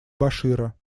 башира